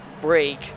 break